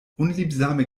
unliebsame